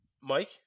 Mike